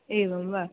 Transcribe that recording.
एवं वा